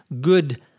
good